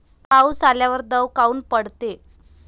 पाऊस आल्यावर दव काऊन पडते?